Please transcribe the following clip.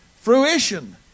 fruition